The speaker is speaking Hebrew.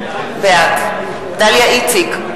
בעד דליה איציק,